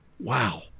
Wow